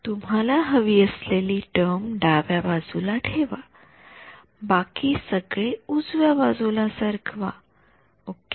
तुम्हाला हवी असलेली टर्म डाव्या बाजूला ठेवा बाकी सगळे डाव्या बाजूला सरकवा ओके